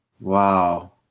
Wow